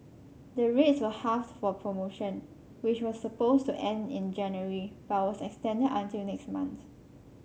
the rates were halved for the promotion which was supposed to end in January but was extended until next month